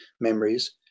memories